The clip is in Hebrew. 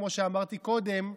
כמו שאמרתי קודם,